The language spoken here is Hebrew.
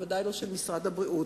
ובוודאי לא של משרד הבריאות.